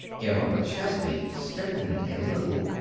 emma mcchesney stiffened a little.